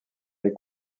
les